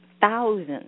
thousands